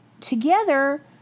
together